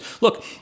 look